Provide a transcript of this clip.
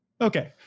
Okay